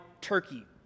Turkey